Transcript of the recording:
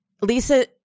Lisa